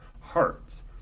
hearts